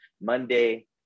Monday